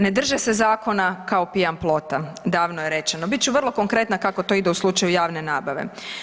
Ne drže se zakona kao pijan plota, davno je rečeno, bit ću vrlo konkretna kako to ide u slučaju javne nabave.